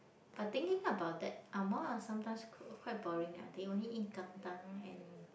but thinking about that Angmohs are sometimes quite boring they only eat kantang and